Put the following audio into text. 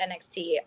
NXT